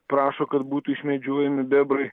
prašo kad būtų išmedžiojami bebrui